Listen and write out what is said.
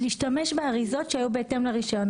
להשתמש באריזות שהיו בהתאם לרשיון.